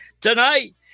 Tonight